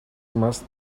must